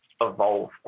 evolve